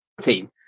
team